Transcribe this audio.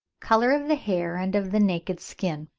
colour of the hair and of the naked skin.